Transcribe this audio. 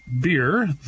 beer